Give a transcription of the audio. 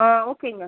on ஓகேங்க